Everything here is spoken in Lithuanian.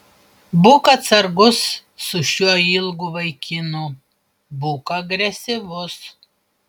būk atsargus su šiuo ilgu vaikinu būk agresyvus